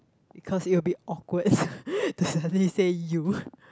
because it will be awkward to suddenly say you